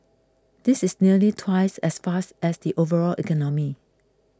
this is nearly twice as fast as the overall economy